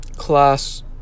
class